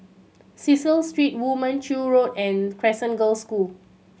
Cecil Street Woo Mon Chew Road and Crescent Girls' School